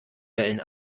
wellen